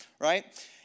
right